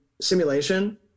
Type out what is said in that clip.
simulation